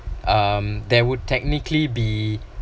um there would technically be